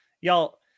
y'all